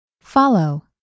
Follow